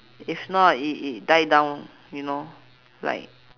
if not it it die down you know like